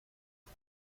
has